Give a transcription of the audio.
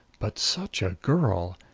but such a girl!